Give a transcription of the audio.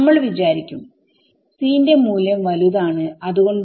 നമ്മൾ വിചാരിക്കും c ന്റെ മൂല്യം വലുതാണ് അത്കൊണ്ട്